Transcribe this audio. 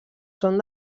són